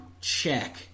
check